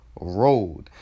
Road